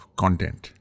content